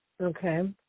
Okay